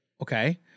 Okay